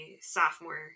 sophomore